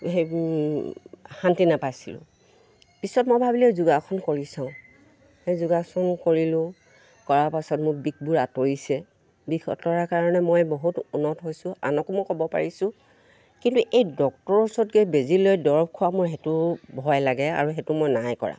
সেই শান্তি নাপাইছিলোঁ পিছত মই ভাবিলোঁ যোগাসন কৰি চাওঁ সেই যোগাসন কৰিলোঁ কৰা পাছত মোৰ বিষবোৰ আঁতৰিছে বিষ আঁতৰা কাৰণে মই বহুত উন্নত হৈছোঁ আনকো মই ক'ব পাৰিছোঁ কিন্তু এই ডক্তৰৰ ওচৰতকে বেজি লৈ দৰৱ খোৱা মোৰ সেইটো ভয় লাগে আৰু সেইটো মই নাই কৰা